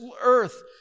earth